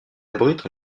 abrite